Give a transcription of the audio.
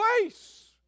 place